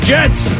Jets